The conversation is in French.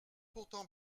pourtant